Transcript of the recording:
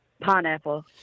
Pineapple